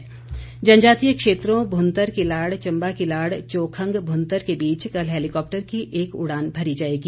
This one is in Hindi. उड़ान जनजातीय क्षेत्रों भुंतर किलाड़ चम्बा किलाड़ चोखंग भुंतर के बीच कल हैलीकॉप्टर की एक उड़ान भरी जाएगी